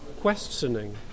questioning